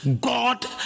God